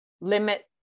limit